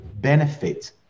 benefit